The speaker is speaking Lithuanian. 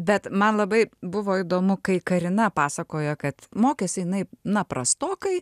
bet man labai buvo įdomu kai karina pasakojo kad mokėsi jinai na prastokai